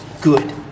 good